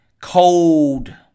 Cold